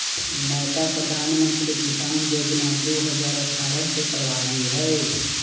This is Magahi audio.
नयका प्रधानमंत्री किसान जोजना दू हजार अट्ठारह से प्रभाबी हइ